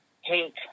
hate